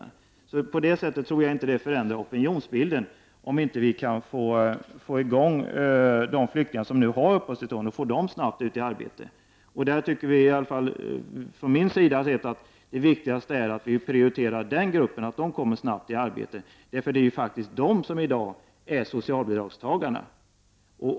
När det gäller den allmänna opinionen tror jag inte att den bild som man har av förhållandena kan ändras om inte de flyktingar som har uppehållstillstånd snabbt får möjlighet att arbeta. Jag tycker att det viktigaste är att den gruppen prioriteras, så att dessa människor snabbt kan komma i arbete. Det är faktiskt de här människorna som i dag är socialbidragstagare.